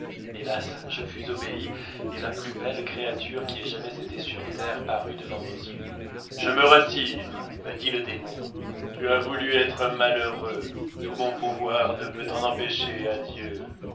hélas je fus obéi et la plus belle créature qui ait jamais été sur la terre parut devant mes yeux je me retire me dit le démon tu as voulu être malheureux tout mon pouvoir ne peut t'en empêcher adieu